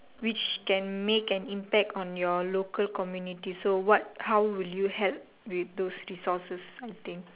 which can make an impact on your local community so what how will you help with those resources I think